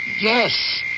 Yes